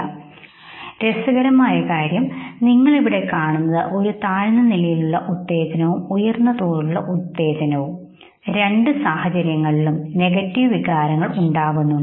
ശരി രസകരമായ കാര്യം നിങ്ങൾ ഇവിടെ കാണുന്നത്ഒരു താഴ്ന്ന നിലയിലുള്ള ഉത്തേജനവും ഉയർന്ന തോതിലുള്ള ഉത്തേജനവും രണ്ട് സാഹചര്യങ്ങളിലും നെഗറ്റീവ് വികാരങ്ങൾ ഉണ്ടാക്കുന്നുണ്ട്